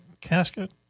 casket